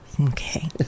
Okay